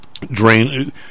drain